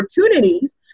opportunities